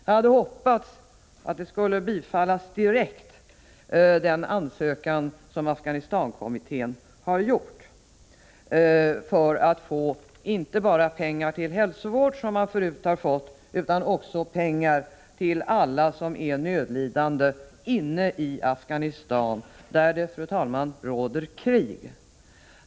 Jag hade hoppats att den ansökan, som Afghanistan-kommittén lämnat för att få inte bara som förut pengar till hälsovård utan också pengar till alla nödlidande inne i landet, skulle bifallas direkt. I Afghanistan, fru talman, råder ju krig.